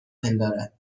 پندارد